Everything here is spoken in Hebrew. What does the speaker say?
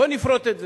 בוא נפרוט את זה.